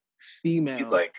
female-